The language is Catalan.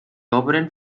obren